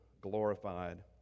glorified